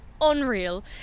unreal